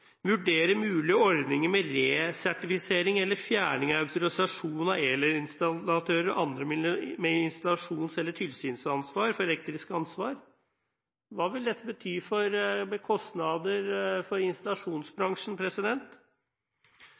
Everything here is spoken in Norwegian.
vurdere mulige ordninger med resertifisering eller fjerning av autorisasjon av elinstallatører og andre med installasjons- eller tilsynsansvar for elektriske anlegg. Hva vil dette bety av kostnader for installasjonsbransjen?